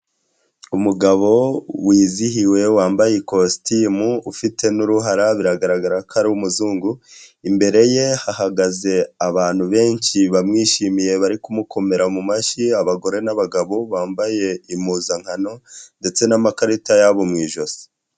Umugabo wizihiwe wambaye ikositimu ufite n'uruhara biragaragara ko ari umuzungu, imbere ye hahagaze abantu benshi bamwishimiye bari kumukomera mu mashyi, abagore n'abagabo bambaye impuzankano ndetse n'amakarita yabo mu ijosi.